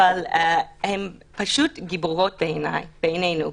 אבל הן פשוט גיבורות בעיניי, בעינינו.